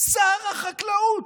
החקלאות,